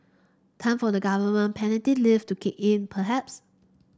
time for the government paternity leave to kick in perhaps